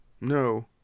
No